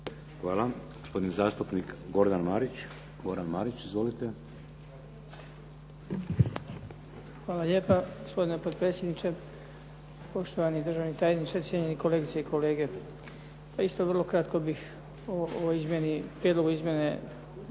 Hvala. Gospodin zastupnik Goran Marić. Izvolite. **Marić, Goran (HDZ)** Hvala lijepa gospodine potpredsjedniče. Poštovani državni tajniče, cijenjeni kolegice i kolege. Ja isto vrlo kratko bih o prijedlogu izmjene